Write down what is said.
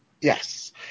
Yes